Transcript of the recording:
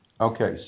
Okay